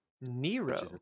Nero